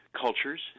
cultures